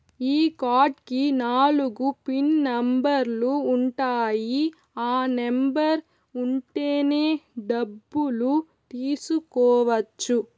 ఈ కార్డ్ కి నాలుగు పిన్ నెంబర్లు ఉంటాయి ఆ నెంబర్ ఉంటేనే డబ్బులు తీసుకోవచ్చు